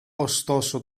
ωστόσο